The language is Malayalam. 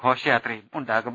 ഘോഷയാത്രയും ഉണ്ടാകും